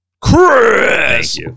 Chris